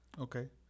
Okay